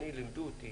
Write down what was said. החברה המציעה,